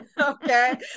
okay